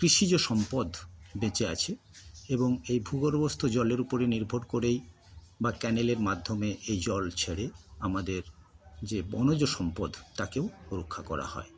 কৃষিজ সম্পদ বেঁচে আছে এবং এই ভূগর্ভস্থ জলের উপরে নির্ভর করেই বা ক্যানেলের মাধ্যমে এই জল ছাড়ে আমাদের যে বনজ সম্পদ তাদেরকেও রক্ষা করা হয়